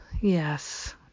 Yes